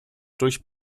durch